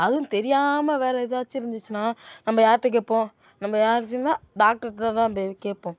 அதுவும் தெரியாம வேற ஏதாச்சும் இருந்துச்சின்னால் நம்ம யார்கிட்ட கேட்போம் நம்ம யாராச்சி இருந்தால் டாக்ட்ருகிட்ட தான் போய் கேட்போம்